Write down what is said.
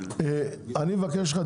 אני מבקש ממך,